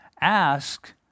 Ask